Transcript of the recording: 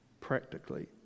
practically